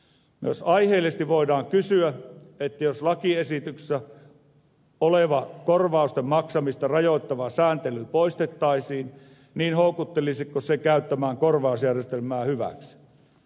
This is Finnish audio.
myös aiheellisesti voidaan kysyä että jos lakiesityksessä oleva korvausten maksamista rajoittava sääntely poistettaisiin niin houkuttelisiko se käyttämään korvausjärjestelmää hyväksi